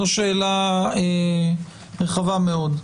זו שאלה רחבה מאוד.